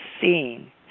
seen